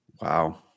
Wow